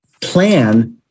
plan